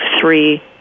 three